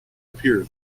appear